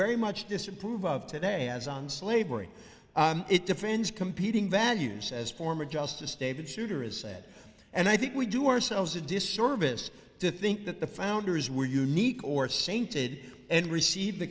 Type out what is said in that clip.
very much disapprove of today as on slavery it defends competing values as former justice david souter is said and i think we do ourselves a disservice to think that the founders were unique or sainted and received the